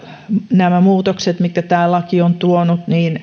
nämä muutokset mitkä tämä laki on tuonut